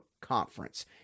conference